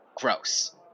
gross